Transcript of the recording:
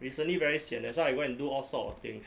recently very sian that's why I go and do all sort of things